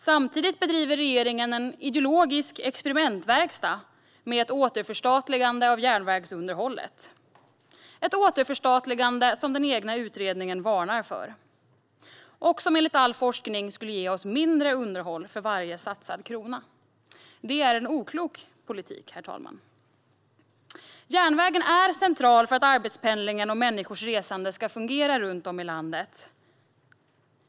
Samtidigt bedriver regeringen en ideologisk experimentverkstad med ett återförstatligande av järnvägsunderhållet - ett återförstatligande som den egna utredningen varnar för och som enligt all forskning skulle ge oss mindre underhåll för varje satsad krona. Det är en oklok politik, herr talman. Järnvägen är central för att arbetspendlingen och människors resande ska fungera runt om i landet.